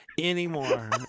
Anymore